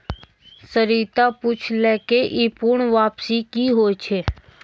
सरिता पुछलकै ई पूर्ण वापसी कि होय छै?